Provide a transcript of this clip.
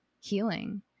healing